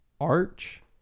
Arch